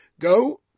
go